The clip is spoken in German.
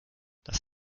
das